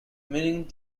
meaning